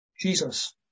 Jesus